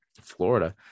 Florida